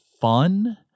fun